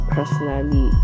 Personally